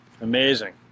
Amazing